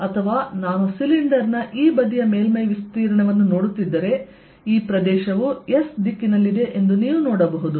ಅಥವಾ ನಾನು ಸಿಲಿಂಡರ್ ನ ಈ ಬದಿಯ ಮೇಲ್ಮೈ ವಿಸ್ತೀರ್ಣವನ್ನು ನೋಡುತ್ತಿದ್ದರೆ ಈ ಪ್ರದೇಶವು S ದಿಕ್ಕಿನಲ್ಲಿದೆ ಎಂದು ನೀವು ನೋಡಬಹುದು